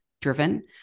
driven